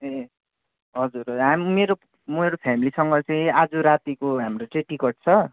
ए हजुर हाम मेरो मेरो फेमिलीसँग चाहिँ आज रातिको हाम्रो चाहिँ टिकट छ